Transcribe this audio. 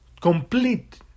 complete